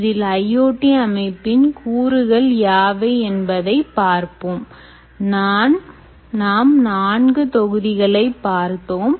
இதில் IoT அமைப்பின் கூறுகள் யாவை என்பதை பார்ப்போம் நாம் நான்கு தொகுதிகளை பார்த்தோம்